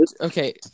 Okay